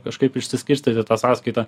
kažkaip išsiskirstyti tą sąskaitą